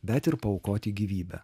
bet ir paaukoti gyvybę